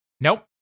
Nope